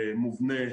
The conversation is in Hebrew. מובנה,